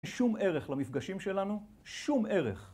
שום ערך למפגשים שלנו, שום ערך.